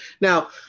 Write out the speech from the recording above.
Now